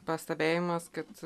pastebėjimas kad